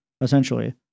essentially